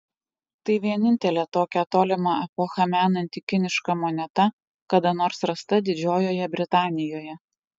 tai vienintelė tokią tolimą epochą menanti kiniška moneta kada nors rasta didžiojoje britanijoje